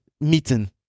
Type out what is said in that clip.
meeting